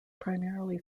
primarily